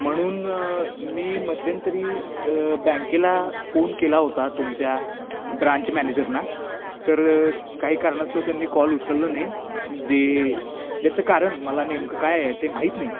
म्हणून मी मध्यंतरी बँकेला फोन केला होता तुमच्या ब्रांच मॅनेजरना तर काही कारणास्तव त्यांनी कॉल उचललं नाही जे याचं कारण मला नेमकं काय आहे ते माहीत नाही